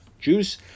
juice